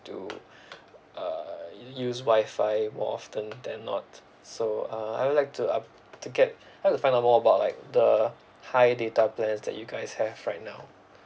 to uh use wi-fi more often than not so uh I would like to up to get I'd like to find out more about like the high data plans that you guys have right now